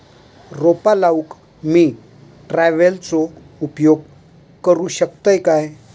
रोपा लाऊक मी ट्रावेलचो उपयोग करू शकतय काय?